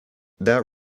that